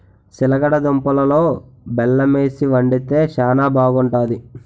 సిలగడ దుంపలలో బెల్లమేసి వండితే శానా బాగుంటాది